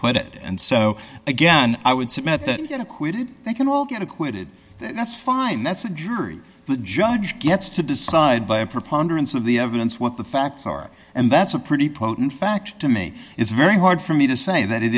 acquitted and so again i would submit that get acquitted they can all get acquitted that's fine that's a jury the judge gets to decide by a preponderance of the evidence what the facts are and that's a pretty potent fact to me it's very hard for me to say that it